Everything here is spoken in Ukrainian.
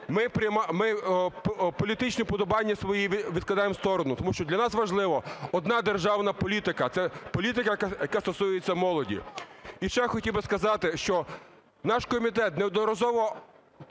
ми політичні уподобання свої відкидаємо в сторону, тому що для нас важливо одна державна політика – це політика, яка стосується молоді. І ще хотів би сказати, що наш комітет неодноразово